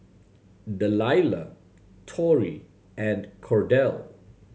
Delilah Tori and Cordell